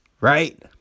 right